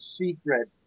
secret